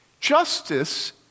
justice